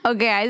Okay